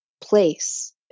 place